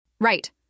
Right